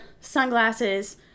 sunglasses